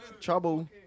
trouble